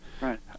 Right